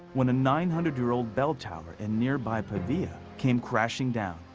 when a nine hundred year old bell tower in nearby pavia came crashing down.